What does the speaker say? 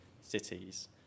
cities